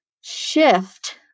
shift